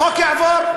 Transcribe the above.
החוק יעבור,